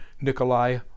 Nikolai